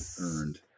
earned